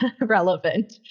relevant